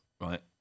right